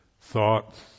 thoughts